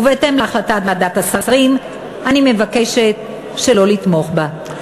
ובהתאם להחלטת ועדת השרים אני מבקשת לא לתמוך בה.